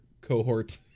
cohort